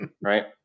right